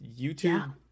YouTube